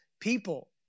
people